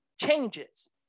changes